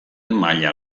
maila